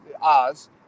Oz